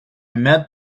met